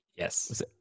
Yes